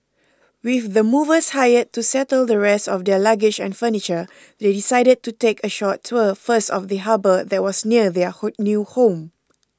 with the movers hired to settle the rest of their luggage and furniture they decided to take a short tour first of the harbour that was near their whole new home